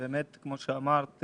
באמת כמו שאמרת,